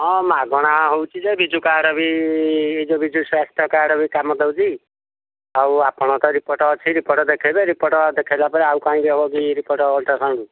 ହଁ ମାଗଣା ହେଉଛି ଯେ ବିଜୁ କାର୍ଡ୍ ବି ଯୋଉ ବିଜୁ ସ୍ୱାସ୍ଥ୍ୟ କାର୍ଡ୍ ବି କାମ ଦେଉଛି ଆଉ ଆପଣ ତ ରିପୋର୍ଟ ଅଛି ରିପୋର୍ଟ ଦେଖେଇବେ ରିପୋର୍ଟ ଦେଖେଇଲା ପରେ ଆଉ କାଇଁ ହେବ କି ରିପୋର୍ଟ ଅଲ୍ଟ୍ରାସାଉଣ୍ଡ